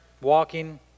walking